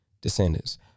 descendants